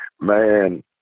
Man